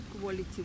quality